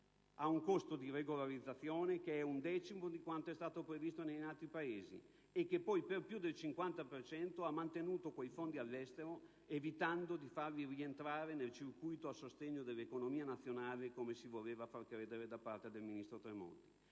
a un costo di regolarizzazione che è un decimo di quanto è stato previsto negli altri Paesi. Oltretutto, più del 50 per cento di costoro ha mantenuto quei fondi all'estero, evitando di farli rientrare nel circuito a sostegno dell'economia nazionale, come si voleva far credere da parte del ministro Tremonti.